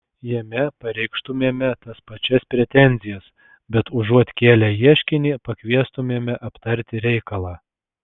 jame pareikštumėme tas pačias pretenzijas bet užuot kėlę ieškinį pakviestumėme aptarti reikalą